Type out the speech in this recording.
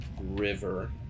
River